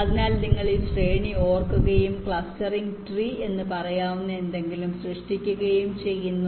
അതിനാൽ നിങ്ങൾ ഈ ശ്രേണി ഓർക്കുകയും ക്ലസ്റ്ററിംഗ് ട്രീ എന്ന് പറയാവുന്ന എന്തെങ്കിലും സൃഷ്ടിക്കുകയും ചെയ്യുന്നു